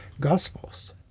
Gospels